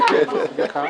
אני מתכבד